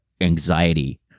anxiety